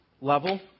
level